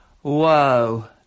Whoa